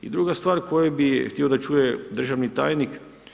I druga stvar koju bih htio da čuje državni tajnik.